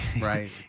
right